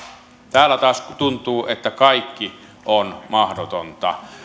täällä taas tuntuu että kaikki on mahdotonta